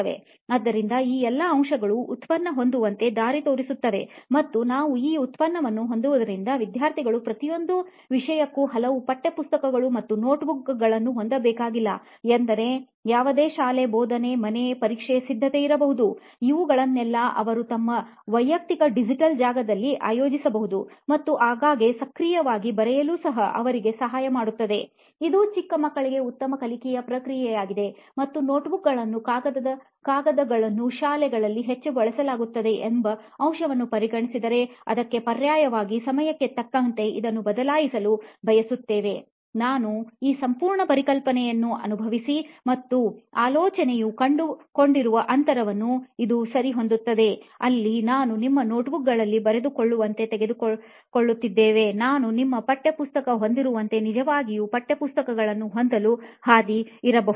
ಆದ್ದರಿಂದ ಈ ಎಲ್ಲಾ ಅಂಶಗಳು ಉತ್ಪನ್ನ ಹೊಂದುವಂತೆ ದಾರಿಯನ್ನು ತೋರಿಸುತ್ತವೆಮತ್ತು ನಾವು ಈ ಉತ್ಪನ್ನವನ್ನು ಹೊಂದುವುದರಿಂದ ವಿದ್ಯಾರ್ಥಿಗಳು ಪ್ರತಿಯೊಂದು ವಿಷಯಕ್ಕೂ ಹಲವು ಪಠ್ಯಪುಸ್ತಕಗಳು ಮತ್ತು ನೋಟ್ಬುಕ್ಗಳನ್ನು ಹೊಂದಬೇಕಾಗಿಲ್ಲ ಎಂದರೆ ಯಾವುದೇ ಶಾಲೆ ಬೋಧನೆ ಮನೆ ಪರೀಕ್ಷೆ ಸಿದ್ಧತೆ ಇರಬಹುದು ಇವುಗಳನ್ನೆಲ್ಲ ಅವರು ಒಂದು ವೈಯಕ್ತಿಕ ಡಿಜಿಟಲ್ ಜಾಗದಲ್ಲಿ ಆಯೋಜಿಸಬಹುದು ಮತ್ತು ಆಗಾಗ್ಗೆ ಸಕ್ರಿಯವಾಗಿ ಬರೆಯಲು ಸಹ ಅವರಿಗೆ ಸಹಾಯ ಮಾಡುತ್ತದೆ ಇದು ಚಿಕ್ಕ ಮಕ್ಕಳಿಗೆ ಉತ್ತಮ ಕಲಿಕೆಯ ಪ್ರಕ್ರಿಯೆಯಾಗಿದೆ ಮತ್ತು ನೋಟ್ಬುಕ್ಗಳನ್ನು ಕಾಗದಗಳನ್ನು ಶಾಲೆಗಳಲ್ಲಿ ಹೆಚ್ಚು ಬಳಸಲಾಗುತ್ತದೆ ಎಂಬ ಅಂಶವನ್ನು ಪರಿಗಣಿಸಿದರೆ ಅದಕ್ಕೆ ಪರ್ಯಾಯವಾಗಿ ಸಮಯಕ್ಕೆ ತಕ್ಕಂತೆ ಇದನ್ನು ಬದಲಾಯಿಸಲು ಬಯಸುತ್ತೇವೆ ನಾವು ಈ ಸಂಪೂರ್ಣ ಪರಿಕಲ್ಪನೆಯನ್ನು ಅನುಭವಿಸಿ ಮತ್ತು ಈ ಆಲೋಚನೆಯು ಕಂಡುಕೊಂಡಿರುವ ಅಂತರವನ್ನು ಇದು ಸರಿಹೊಂದಿಸುತ್ತದೆ ಅಲ್ಲಿ ನಾವು ನಮ್ಮ ನೋಟ್ಬುಕ್ಗಳಲ್ಲಿ ಬರೆದುಕೊಳ್ಳುವಂತೆ ತೆಗೆದುಕೊಳ್ಳುತ್ತಿದ್ದೇವೆ ನಾವು ನಮ್ಮ ಪಠ್ಯಪುಸ್ತಕ ಹೊಂದಿರುವಂತೆ ನಿಜವಾಗಿಯೂ ಪಠ್ಯಪುಸ್ತಕಗಳನ್ನೂ ಹೊಂದಲು ಹಾದಿ ಇರಬಹುದು